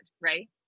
right